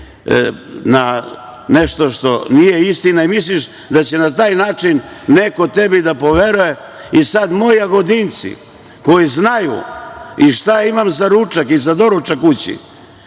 na nešto što nije istina i misliš da će na taj način neko tebi da poveruje. I sada moji Jagodinci koji znaju i šta imam za ručak i za doručak kući